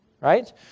Right